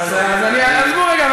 אז עזבו רגע,